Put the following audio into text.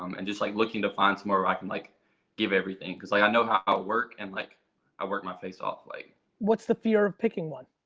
um and just like looking to find somewhere where i can like give everything. cause i know how i work, and like i work my face off. like what's the fear of picking one?